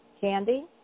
Candy